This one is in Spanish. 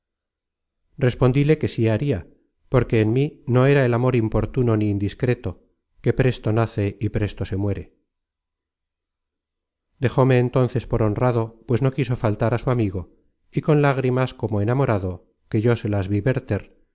respondíle que sí haria porque en mí no era el amor importuno ni indiscreto que presto nace y presto se muere dejóme entonces por honrado pues content from google book search generated at e no quiso faltar á su amigo y con lágrimas como enamorado que yo se las vi verter